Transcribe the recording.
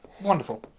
wonderful